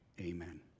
Amen